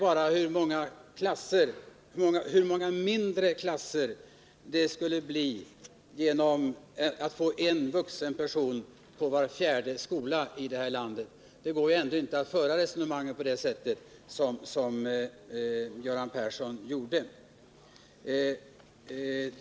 Jag undrar hur många mindre klasser det skulle bli om vi fick en vuxen person till var fjärde skola i detta land. Det går ändå inte att föra resonemanget på det sätt som Göran Persson gjorde.